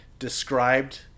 described